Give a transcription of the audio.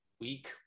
week